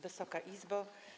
Wysoka Izbo!